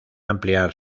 ampliar